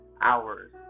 hours